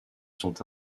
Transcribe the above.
sont